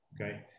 okay